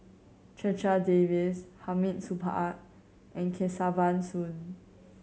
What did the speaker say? Checha Davies Hamid Supaat and Kesavan Soon